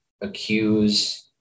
accuse